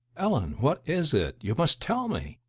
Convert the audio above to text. ellen what is it? you must tell me.